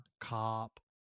cop